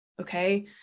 Okay